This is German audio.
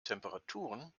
temperaturen